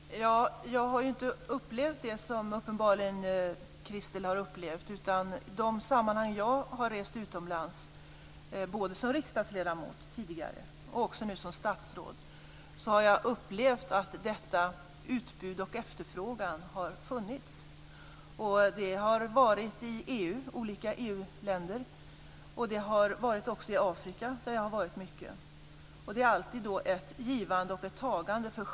Herr talman! Jag har inte upplevt det som uppenbarligen Christel Anderberg har upplevt, utan i de sammanhang jag rest utomlands, både som riksdagsledamot tidigare och nu som statsråd, har jag upplevt att detta utbud och efterfrågan har funnits. Det har varit i olika EU-länder och också i Afrika där jag har varit mycket. Det är alltid ett givande och ett tagande.